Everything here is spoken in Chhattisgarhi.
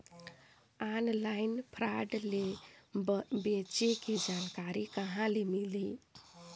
ऑनलाइन फ्राड ले बचे के जानकारी कहां ले मिलही?